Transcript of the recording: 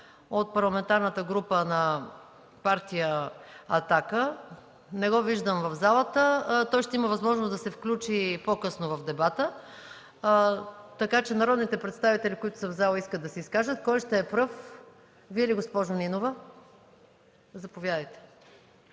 от Парламентарната група на Партия „Атака” – не го виждам в залата. Той ще има възможност да се включи по-късно в дебата. От народните представители, които са в залата, искат ли да се изкажат? Госпожо Нинова, заповядайте.